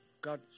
God